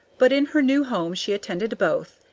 but in her new home she attended both,